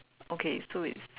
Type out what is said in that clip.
okay so it's